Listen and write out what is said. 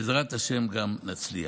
בעזרת השם גם נצליח.